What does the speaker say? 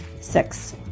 Six